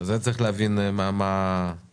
זה צריך להבין מה המצב.